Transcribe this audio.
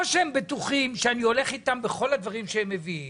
או שהם בטוחים שאני הולך איתם בכל הדברים שהם מביאים,